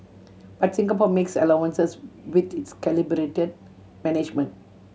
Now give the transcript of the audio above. but Singapore makes allowances with its calibrated management